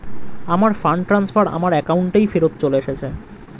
আমার fund transfer আমার অ্যাকাউন্টেই ফেরত চলে এসেছে